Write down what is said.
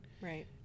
Right